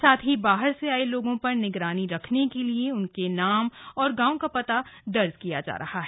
साथ ही बाहर से आये लोगों पर निगरानी रखने के लिए उनके नाम और गांव का पता दर्ज किया जा रहा है